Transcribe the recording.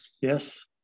Yes